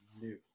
new